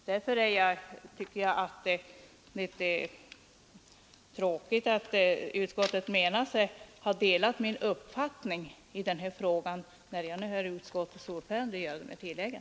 Därför tycker jag att det är mycket tråkigt att utskottet menar sig ha delat min uppfattning i den här frågan och ändå avstyrkt motionen.